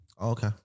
Okay